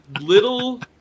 little